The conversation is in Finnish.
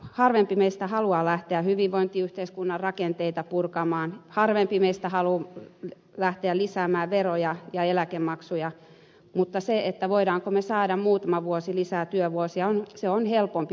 harvempi meistä haluaa lähteä hyvinvointiyhteiskunnan rakenteita purkamaan harvempi meistä haluaa lähteä lisäämään veroja ja eläkemaksuja mutta se jos voimme saada muutamia vuosia lisää työvuosia on helpompi ratkaisu